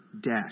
death